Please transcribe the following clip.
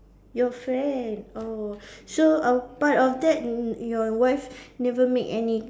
you friend oh so apart of that your wife never make any